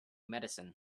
medicine